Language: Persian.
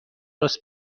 راست